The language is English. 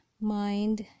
mind